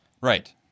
Right